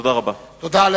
תודה רבה.